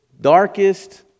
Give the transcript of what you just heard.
darkest